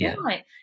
right